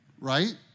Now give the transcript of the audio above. right